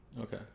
okay